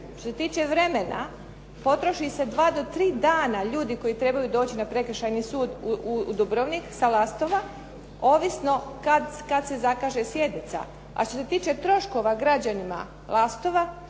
Što se tiče vremena potroši se 2 do 3 dana ljudi koji trebaju doći na Prekršajni sud u Dubrovnik sa Lastova ovisno kad se zakaže sjednica, a što se tiče troškova građanima Lastova